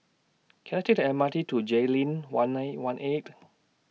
Can I Take The M R T to Jayleen one nine one eight